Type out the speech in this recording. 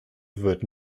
wird